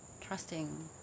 trusting